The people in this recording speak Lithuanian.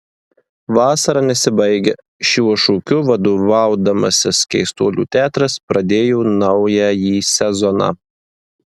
vasara nesibaigia šiuo šūkiu vadovaudamasis keistuolių teatras pradėjo naująjį sezoną